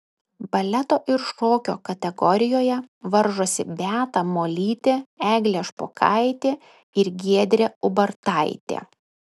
baleto ir šokio kategorijoje varžosi beata molytė eglė špokaitė ir giedrė ubartaitė